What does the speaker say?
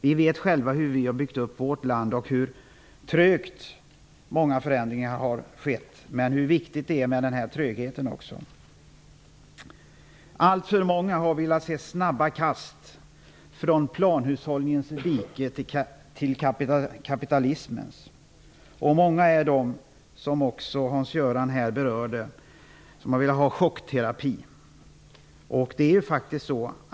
Vi vet själva hur vi har byggt upp vårt land och hur trögt många förändringar har skett. Vi vet också hur viktigt det är med denna tröghet. Alltför många har velat se snabba kast från planhushållningens dike till kapitalismens. Det är också många som har velat ha chockterapi, vilket Hans Göran Franck berörde.